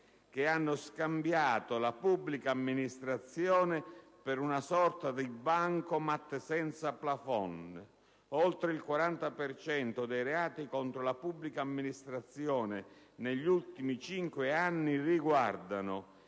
che hanno scambiato la pubblica amministrazione per una sorta di bancomat senza *plafond*. Oltre il 40 per cento dei reati contro la pubblica amministrazione degli ultimi cinque anni riguardano,